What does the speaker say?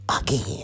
again